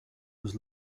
was